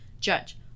Judge